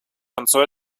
концу